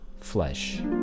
flesh